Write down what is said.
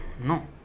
No